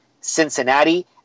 Cincinnati